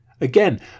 Again